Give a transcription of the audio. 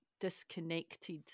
disconnected